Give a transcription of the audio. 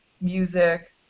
music